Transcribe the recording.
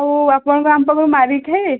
ଆଉ ଆପଣ କଣ ଆମ ପାଖରୁ ମାରିକି ଖାଇବେ